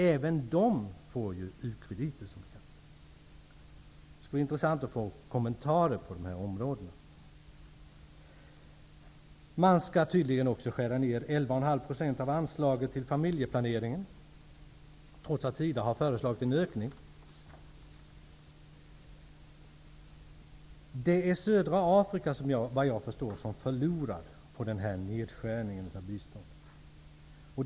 Även de får ju som bekant u-krediter. Det skulle vara intressant att få några kommentarer på dessa områden. Man skall tydligen också skära ner 11,5 % av anslaget till familjeplaneringen, trots att SIDA har föreslagit en ökning. Det är södra Afrika som förlorar på nedskärningen av biståndet.